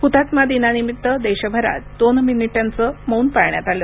हुतात्मा दिनानिमित्त देशभरात दोन मिनिटांचं मौन पाळण्यात आले